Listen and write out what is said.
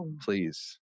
please